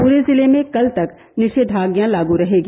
पूरे जिले में कल तक निषेधाज्ञा लागू रहेगी